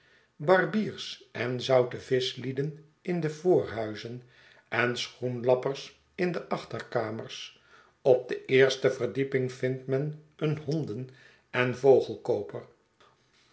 barbiers en zoutevischlieden in de voorhuizen en schoenlappers in de achterkamers op de eerste verdieping vindt men een honden en